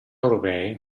europee